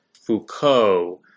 Foucault